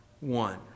one